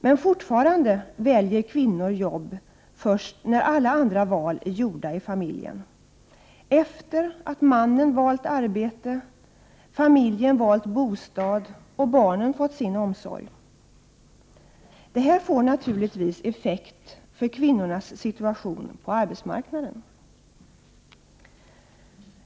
Men fortfarande väljer kvinnor jobb först när alla andra val är gjorda i familjen, efter att mannen valt arbete, familjen valt bostad och barnen fått sin omsorg. Det här får naturligtvis effekt för kvinnornas situation på arbetsmarknaden.